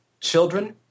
children